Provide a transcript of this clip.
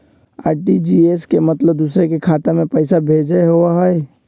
RTGS के मतलब दूसरे के खाता में पईसा भेजे होअ हई?